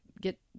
get